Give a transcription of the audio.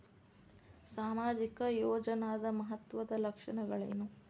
ಸಾಮಾಜಿಕ ಯೋಜನಾದ ಮಹತ್ವದ್ದ ಲಕ್ಷಣಗಳೇನು?